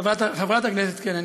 חברת הכנסת, כן.